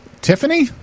Tiffany